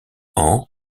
ans